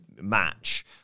match